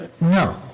No